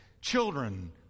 children